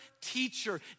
teacher